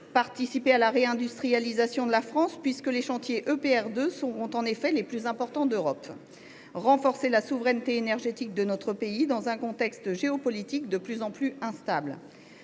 participer à la réindustrialisation de la France puisque les chantiers EPR2 seront en effet les plus importants d’Europe ; renforcer la souveraineté énergétique de notre pays dans un contexte géopolitique de plus en plus instable.